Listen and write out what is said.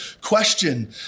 question